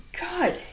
God